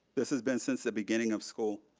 this has been since the beginning of school.